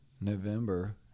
November